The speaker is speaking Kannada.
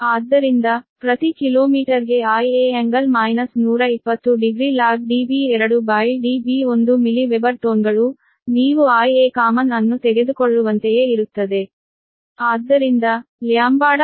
ಆದ್ದರಿಂದ ಪ್ರತಿ ಕಿಲೋಮೀಟರ್ಗೆ Ia ∟ 120 degree log Db2 Db1 milli weber ಟೋನ್ಗಳು ನೀವು Ia ಕಾಮನ್ ಅನ್ನು ತೆಗೆದುಕೊಳ್ಳುವಂತೆಯೇ ಇರುತ್ತದೆ